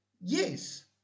Yes